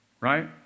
Right